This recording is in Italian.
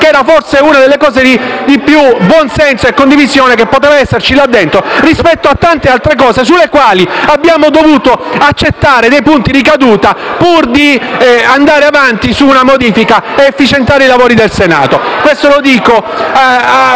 che era forse una delle cose di maggior buonsenso e condivisione che poteva esserci là dentro, rispetto a tante altre modifiche sulle quali abbiamo dovuto accettare punti di caduta pur di andare avanti su una riforma ed efficientare i lavori del Senato. Lo dico alla